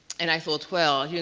and i thought, well, you know